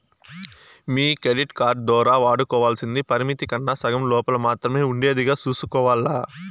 మీ credit card దోరా వాడుకోవల్సింది పరిమితి కన్నా సగం లోపల మాత్రమే ఉండేదిగా సూసుకోవాల్ల